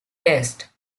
test